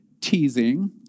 teasing